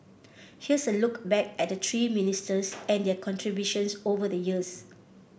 here's a look back at the three ministers and their contributions over the years